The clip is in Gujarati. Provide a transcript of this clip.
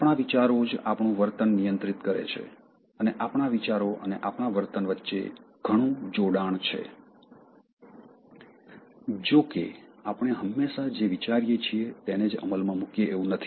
આપણાં વિચારો જ આપણું વર્તન નિયંત્રિત કરે છે અને આપણાં વિચારો અને આપણાં વર્તન વચ્ચે ઘણું જોડાણ છે જો કે આપણે હંમેશા જે વિચારીએ છીએ તેને જ અમલમાં મૂકીએ એવું નથી